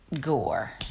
gore